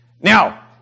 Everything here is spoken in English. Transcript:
Now